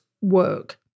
work